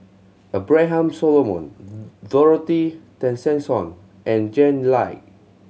Abraham Solomon Dorothy Tessensohn and Jack Lai